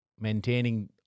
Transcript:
maintaining